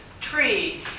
tree